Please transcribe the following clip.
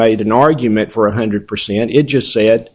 made an argument for one hundred percent it just said